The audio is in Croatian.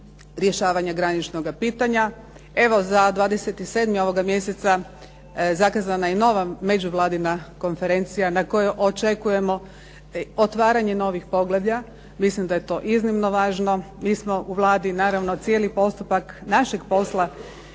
rješavanja graničnoga pitanja. Evo za 27. ovoga mjeseca zakazana je nova međuvladina konferencija na kojoj očekujemo otvaranje novih poglavlja. Mislim da je to iznimno važno. Mi smo u Vladi naravno cijeli postupak našeg posla